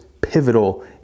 pivotal